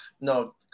no